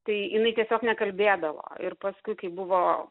tai jinai tiesiog nekalbėdavo ir paskui kai buvo